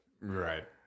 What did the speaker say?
Right